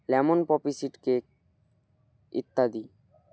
lemon poppy seed cake ইত্যাদি